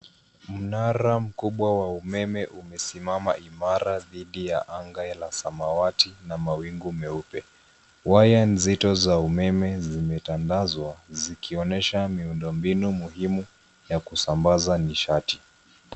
Mnara mkubwa wa umeme umesimama imara dhidi ya anga la samawati na mawingu meupe. Waya nzito za umeme zimetandazwa zikionyesha miundombinu muhumi ya kusambaza nishati.